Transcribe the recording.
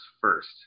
first